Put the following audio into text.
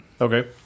Okay